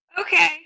Okay